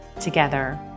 together